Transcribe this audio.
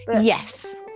Yes